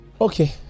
Okay